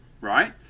Right